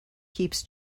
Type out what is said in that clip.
keeps